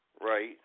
Right